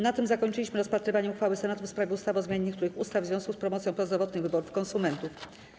Na tym zakończyliśmy rozpatrywanie uchwały Senatu w sprawie ustawy o zmianie niektórych ustaw w związku z promocją prozdrowotnych wyborów konsumentów.